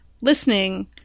listening